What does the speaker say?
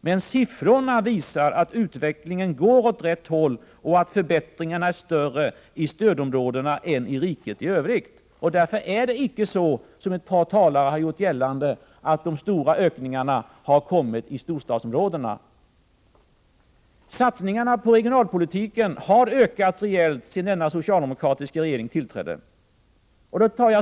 Men siffrorna visar att utvecklingen går åt rätt håll och att förbättringarna är större i stödområdena än i riket i övrigt. Det är icke så, som ett par talare har gjort gällande, att de stora ökningarna av sysselsättningen har kommit i storstadsområdena. Satsningarna på regionalpolitiken har ökats rejält sedan denna socialdemokratiska regering tillträdde.